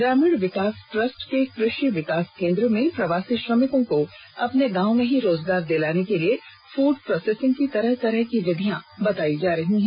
ग्रामीण विकास ट्रस्ट के कृषि विकास केंद्र में प्रवासी श्रमिकों को अपने गांव में ही रोजगार दिलाने के लिए फूड प्रोसेसिंग की तरह तरह की विधियां बताई जा रही हैं